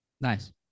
Nice